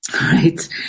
Right